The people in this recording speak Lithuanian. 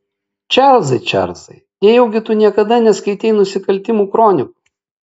čarlzai čarlzai nejaugi tu niekada neskaitei nusikaltimų kronikų